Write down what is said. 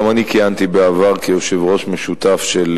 גם אני כיהנתי בעבר כיושב-ראש משותף של